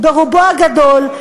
ברובו הגדול,